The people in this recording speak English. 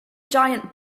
giant